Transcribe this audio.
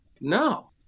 no